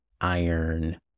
iron